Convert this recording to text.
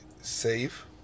save